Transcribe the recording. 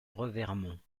revermont